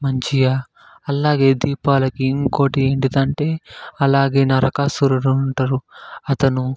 మంచిగా అలాగే దీపాలకి ఇంకోటి ఏంటిదంటే అలాగే నరకాసురుడు ఉంటాడు అతను